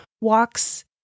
walks